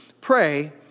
pray